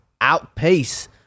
outpace